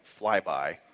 flyby